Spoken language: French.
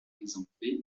exemple